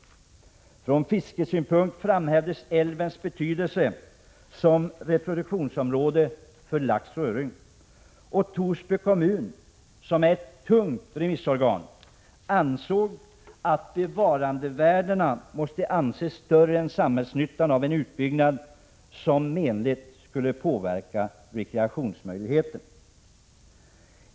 Från fiskesynpunkt framhävdes älvens betydelse som reproduktionsområde för lax och öring. Torsby kommun, som är ett tungt remissorgan, ansåg att bevarandevärdena måste anses större än samhällsnyttan av en utbyggnad som menligt skulle påverka rekreationsmöjligheterna.